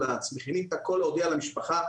מכינים את הכל להודיע למשפחה,